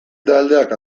taldeak